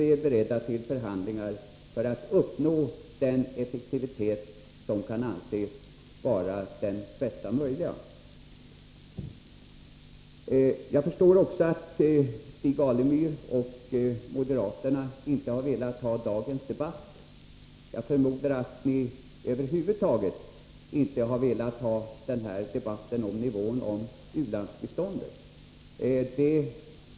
Vi är beredda till förhandlingar för att uppnå den effektivitet som kan anses vara den bästa möjliga. Jag förstår att Stig Alemyr och moderaterna inte har velat ha dagens debatt. Jag förmodar att ni över huvud taget inte har velat ha denna debatt om nivån på u-landsbiståndet.